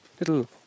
Little